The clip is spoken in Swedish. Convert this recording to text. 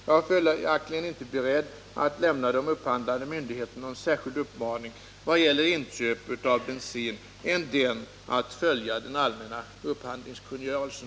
Jag är följaktligen inte beredd att lämna de upphandlande myndigheterna någon särskild uppmaning i vad gäller inköp av bensin än den att följa den gällande upphandlingskungörelsen.